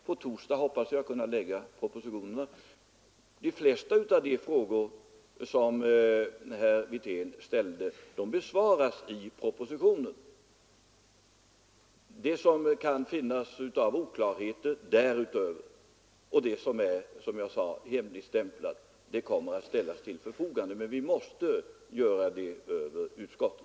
På torsdag hoppas jag kunna framlägga propositionen, och de flesta av de frågor som herr Wirtén ställde besvaras i propositionen. Det som kan finnas av oklarheter därutöver och det som är, som jag sade, hemligstämplat kommer att ställas till förfogande, men vi måste göra det över utskottet.